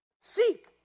Seek